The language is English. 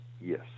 yes